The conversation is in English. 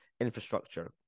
Infrastructure